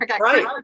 Right